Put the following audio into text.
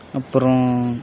அப்பறம்